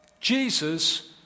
Jesus